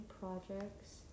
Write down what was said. projects